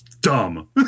dumb